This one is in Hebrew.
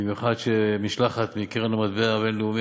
במיוחד שמשלחת מקרן המטבע הבין-לאומית